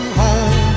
home